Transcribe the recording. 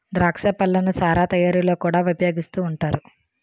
ద్రాక్ష పళ్ళను సారా తయారీలో కూడా ఉపయోగిస్తూ ఉంటారు